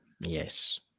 Yes